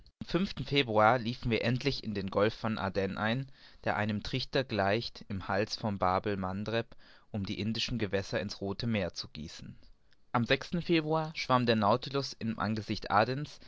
februar liefen wir endlich in den golf von aden ein der einem trichter gleicht im hals von babel mandeb um die indischen gewässer in's rothe meer zu gießen am februar schwamm der nautilus im angesicht